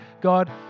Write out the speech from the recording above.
God